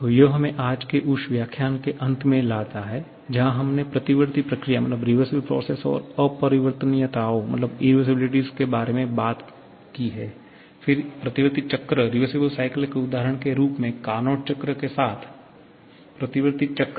तो यह हमें आज के उस व्याख्यान के अंत में ले जाता है जहां हमने प्रतिवर्ती प्रक्रिया और अपरिवर्तनीयताओं के बारे में बात की है फिर प्रतिवर्ती चक्र के उदाहरण के रूप में कार्नोट चक्र के साथ प्रतिवर्ती चक्र